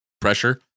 pressure